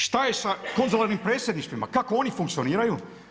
Šta je sa konzularnim predsjedništvima, kako oni funkcioniraju?